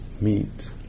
Meet